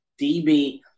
DB